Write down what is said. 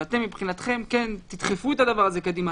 אבל אתם מבחינתכם כן תדחפו את הדבר הזה קדימה,